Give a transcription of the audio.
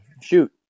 Shoot